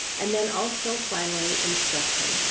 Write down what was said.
and then also, finally, instruction.